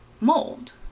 mold